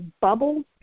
bubble